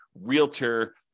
realtor